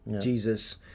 Jesus